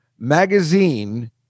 Magazine